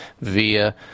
via